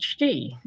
HD